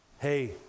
hey